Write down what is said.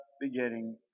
beginning